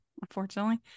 unfortunately